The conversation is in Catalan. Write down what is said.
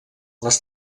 les